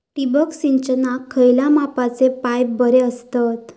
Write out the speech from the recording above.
ठिबक सिंचनाक खयल्या मापाचे पाईप बरे असतत?